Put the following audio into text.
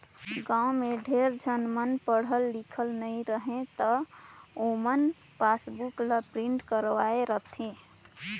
गाँव में ढेरे झन मन पढ़े लिखे नई रहें त ओमन पासबुक ल प्रिंट करवाये रथें